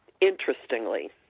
interestingly